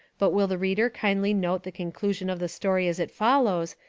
but will the reader kindly note the conclusion of the story as it follows,